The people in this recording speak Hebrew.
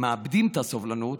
הם מאבדים את הסובלנות,